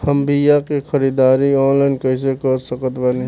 हम बीया के ख़रीदारी ऑनलाइन कैसे कर सकत बानी?